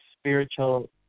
spiritual